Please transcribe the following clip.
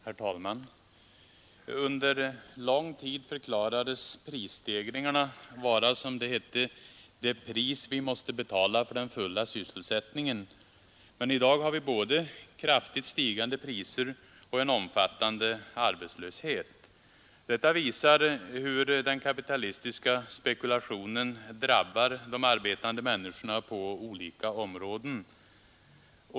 Herr talman! Under lång tid förklarades prisstegringarna vara ”det pris vi måste betala för den fulla sysselsättningen”, men i dag har vi både kraftigt stigande priser och en omfattande arbetslöshet. Detta visar hur den kapitalistiska spekulationen drabbar de arbetande människorna på olika områden.